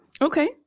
Okay